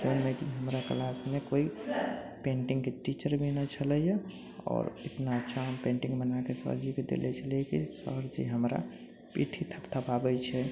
जौनमे की हमरा क्लासमे कोइ पेन्टिंगके टीचर भी न छलैया आओर ईतना अच्छा हम पेन्टिंग बनाए क सर जी के देने छलियै की सर जी हमरा पीठी थपथपाबै छै